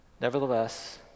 Nevertheless